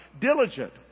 diligent